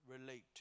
relate